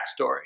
backstory